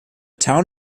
town